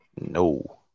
No